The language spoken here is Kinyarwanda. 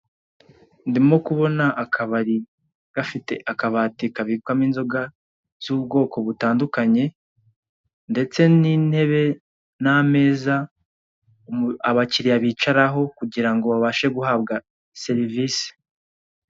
Ndimo kubona akabari gafite akabati kabikwamo inzoga z'ubwoko butandukanye ndetse n'intebe n'ameza abakiriya bicaraho kugira ngo babashe guhabwa serivise.